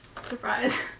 Surprise